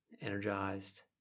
energized